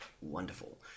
Wonderful